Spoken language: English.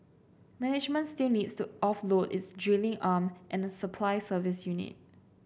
management still needs to offload its drilling arm and a supply service unit